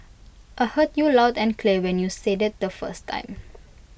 I heard you loud and clear when you said IT the first time